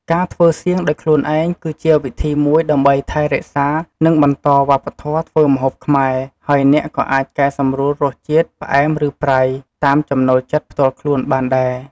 ការធ្វើសៀងដោយខ្លួនឯង គឺជាវិធីមួយដើម្បីថែរក្សា និងបន្តវប្បធម៌ធ្វើម្ហូបខ្មែរ ហើយអ្នកក៏អាចកែសម្រួលរសជាតិ ផ្អែម ឬ ប្រៃ តាមចំណូលចិត្តផ្ទាល់ខ្លួនបានដែរ។